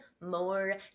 more